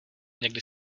někdy